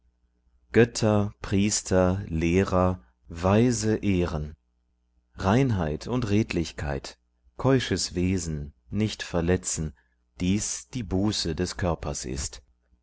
götter priester lehrer weise ehren reinheit und redlichkeit keusches wesen nichtverletzen dies die buße des körpers ist